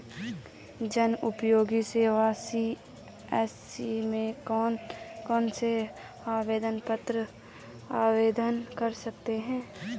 जनउपयोगी सेवा सी.एस.सी में कौन कौनसे आवेदन पत्र आवेदन कर सकते हैं?